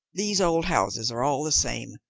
these old houses are all the same.